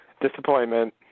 Disappointment